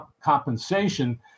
compensation